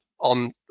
on